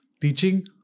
teaching